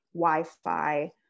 Wi-Fi